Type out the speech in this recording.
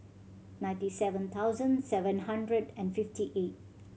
ninety seven thousand seven hundred and fifty eight